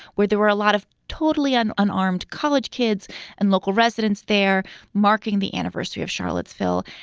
where there were a lot of totally an unarmed college. kids and local residents there marking the anniversary of charlottesville.